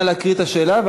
נא להקריא את השאלה,